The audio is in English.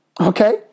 Okay